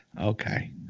Okay